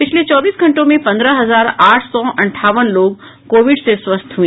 पिछले चौबीस घंटों में पन्द्रह हजार आठ सौ अंठावन लोग कोविड से स्वस्थ हुए